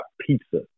pizza